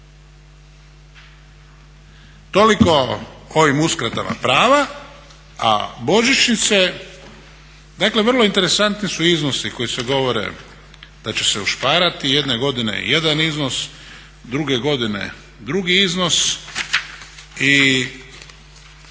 Toliko o ovim uskratama prava. A božićnice, dakle vrlo interesantni su iznosi koji se govore da će se ušparati, jedne godine je jedan iznos, druge godine drugi iznos i